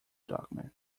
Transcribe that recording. document